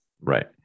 Right